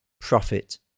profit